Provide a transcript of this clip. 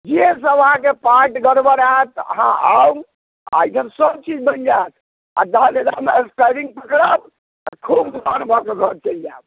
जेसब अहाँकेँ पार्ट गड़बड़ होयत तऽ अहाँ आउ एहि जङ सब चीज बनि जाएत आ जहन जाहि बेलामे स्टेयरिङ्ग पकड़ब तऽ खूब घुमान भऽ कऽ घर चलि जाएब